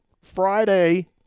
Friday